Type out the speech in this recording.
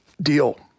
deal